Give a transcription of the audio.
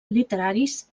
literaris